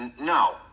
No